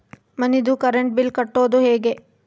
ಮನಿದು current bill ಕಟ್ಟೊದು ಹೇಗೆ?